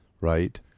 right